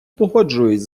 погоджуюсь